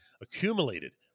accumulated